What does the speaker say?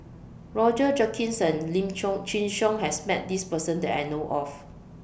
Roger Jenkins and Lim Chin Siong has Met This Person that I know of